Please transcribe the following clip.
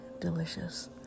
delicious